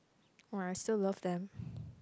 while I still love them